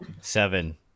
Seven